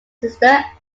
sister